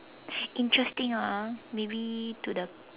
interesting ah maybe to the